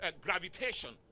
gravitation